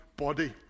body